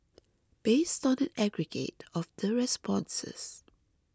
based on an aggregate of the responses